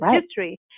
history